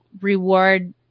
reward